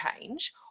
change